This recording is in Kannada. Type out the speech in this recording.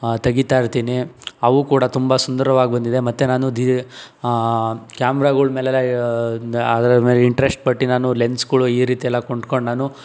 ತೆಗಿತಾಯಿರ್ತೀನಿ ಅವು ಕೂಡ ತುಂಬ ಸುಂದರವಾಗಿ ಬಂದಿದೆ ಮತ್ತೆ ನಾನು ಧೀ ಕ್ಯಾಮ್ರಗಳು ಮೇಲೆಲ್ಲ ಅದರ ಮೇಲೆ ಇಂಟ್ರೆಸ್ಟ್ ಪಟ್ಟಿ ನಾನು ಲೆನ್ಸ್ಗಳು ಈ ರೀತಿ ಎಲ್ಲ ಕೊಂಡ್ಕೊಂಡು ನಾನು